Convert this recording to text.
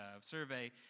survey